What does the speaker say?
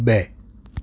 બે